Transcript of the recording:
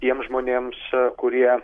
tiems žmonėms kurie